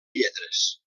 lletres